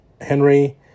Henry